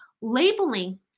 Labeling